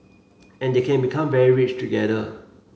and they can become very rich together